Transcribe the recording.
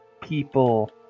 people